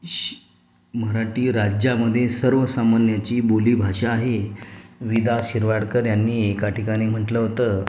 शि मराठी राज्यामध्ये सर्वसामान्याची बोलीभाषा आहे विंदा शिरवाडकर यांनी एका ठिकाणी म्हटलं होतं